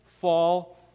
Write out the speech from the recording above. fall